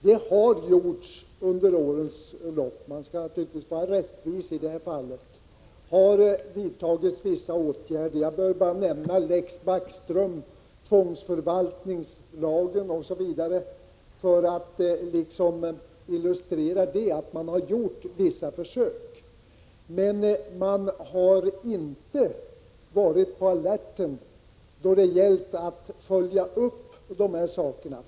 Det har gjorts en del under årens lopp — jag skall naturligtvis vara rättvis i det fallet. Jag behöver bara nämna lex Backström, tvångsförvaltningslagen osv. för att illustrera att man har gjort vissa försök. Men man har inte varit på alerten då det gällt att följa upp de här sakerna.